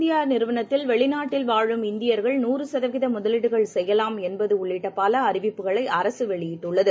இந்தியாநிறுவனத்தில் வெளிநாட்டில் வாழும் இந்தியர்கள் நாறுசதவிகிதமுதலீடுகள் செய்யலாம் எர் என்பதுஉள்ளிட்டபலஅறிவிப்புகளைஅரசுவெளியிட்டுள்ளது